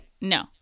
No